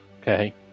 Okay